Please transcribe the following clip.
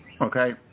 Okay